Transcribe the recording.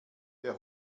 wer